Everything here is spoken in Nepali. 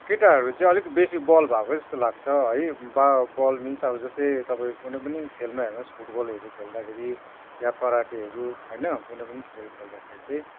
केटाहरू चाहिँ अलिक बेसी बल भएकै जस्तो लाग्छ है बा बल मिन्स अब जस्तै तपाईँको कुनै पनि खेलमा हेर्नुहोस् फुटबलहरू खेल्दाखेरि या कराटेहरू होइन कुनै पनि खेल खेल्दाखेरि चाहिँ